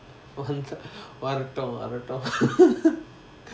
வந்தா வரட்டும் வரட்டும்:vantha varatum varatum